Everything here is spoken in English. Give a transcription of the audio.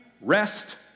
rest